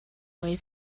way